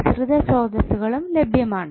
ആശ്രിത സ്രോതസ്സുകളും ലഭ്യമാണ്